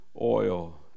oil